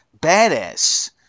badass